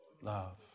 Love